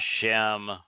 HaShem